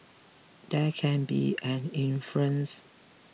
there can be an influence